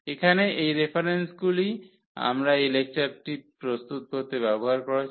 এখানে এই রেফারেন্সগুলি আমরা এই লেকচারটি প্রস্তুত করতে ব্যবহার করেছি